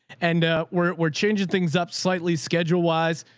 and we're, we're changing things up slightly schedule wise.